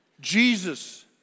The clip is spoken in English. Jesus